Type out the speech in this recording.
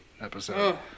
episode